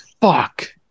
fuck